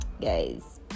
guys